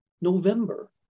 november